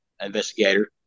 investigator